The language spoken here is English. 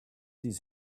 his